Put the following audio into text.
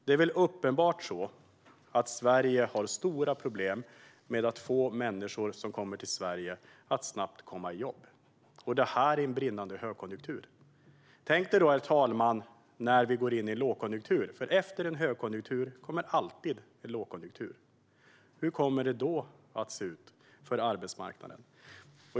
Det är uppenbart att Sverige har stora problem med att få människor som kommer hit att snabbt börja jobba. Detta sker i en brinnande högkonjunktur. Tänk hur det blir när vi går in i en lågkonjunktur, herr talman! Efter en högkonjunktur kommer nämligen alltid en lågkonjunktur. Hur kommer det då att se ut på arbetsmarknaden?